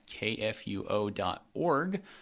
kfuo.org